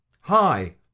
Hi